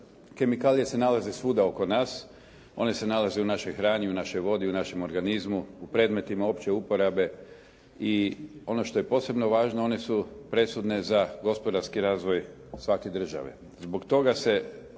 Kemikalije se nalaze svuda oko nas. One se nalaze u našoj hrani, u našoj vodi, u našem organizmu, u predmetima opće uporabe i ono što je posebno važno one su presudne za gospodarski razvoj svake države. Zbog toga se